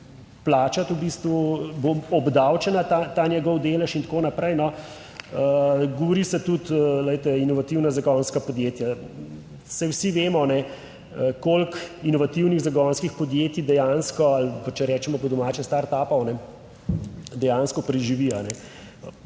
v bistvu bo obdavčena ta njegov delež in tako naprej. Govori se tudi, glejte inovativna zagonska podjetja, saj vsi vemo koliko inovativnih zagonskih podjetij dejansko ali pa če rečemo po domače startupov dejansko preživi.